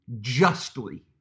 justly